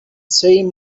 same